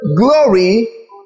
glory